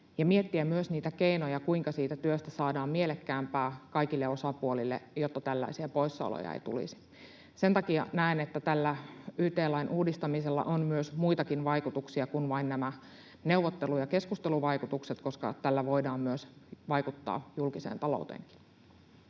miettiä myös niitä keinoja, kuinka siitä työstä saadaan mielekkäämpää kaikille osapuolille, jotta tällaisia poissaoloja ei tulisi. Sen takia näen, että tällä yt-lain uudistamisella on muitakin vaikutuksia kuin vain nämä neuvottelu- ja keskusteluvaikutukset, koska tällä voidaan vaikuttaa myös julkiseen talouteen.